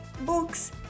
books